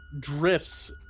drifts